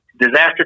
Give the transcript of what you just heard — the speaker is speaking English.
disaster